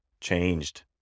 changed